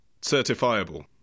certifiable